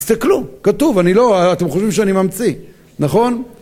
זה כלום, כתוב, אני לא... אתם חושבים שאני ממציא, נכון?